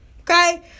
okay